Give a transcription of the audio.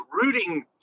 rooting